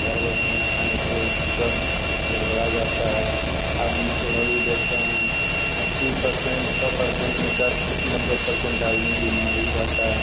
गड़बड़ खाना खाना से स्वास्थ्य गड़बड़ा जाता है आदमी को अभी देखता हूँ अस्सी प्रेसेंट सौ प्रसेंट में से अस्सी नब्बे प्रसेंट आदमी बीमार ही रहता है